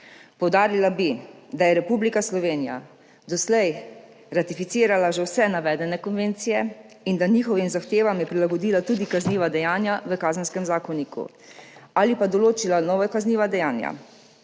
Poudarila bi, da je Republika Slovenija doslej ratificirala že vse navedene konvencije in da je njihovim zahtevam prilagodila tudi kazniva dejanja v Kazenskem zakoniku ali pa določila nova kazniva dejanja.